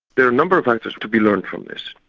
there are a number of answers to be learned from this.